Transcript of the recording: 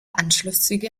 anschlusszüge